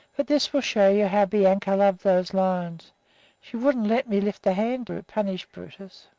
but this will show you how bianca loved those lions she wouldn't let me lift a hand to punish brutus.